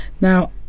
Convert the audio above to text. now